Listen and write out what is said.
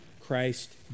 Christ